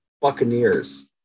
Buccaneers